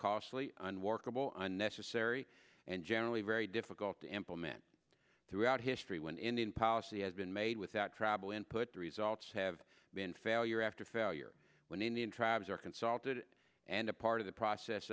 costly unworkable unnecessary and generally very difficult to implement throughout history when indian policy has been made without travel input the results have been failure after failure when in the in tribes were consulted and a part of the process